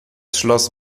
schloss